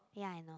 ya I know